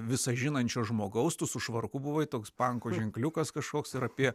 visa žinančio žmogaus tu su švarku buvai toks panko ženkliukas kažkoks ir apie